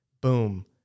boom